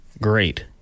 Great